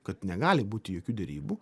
kad negali būti jokių derybų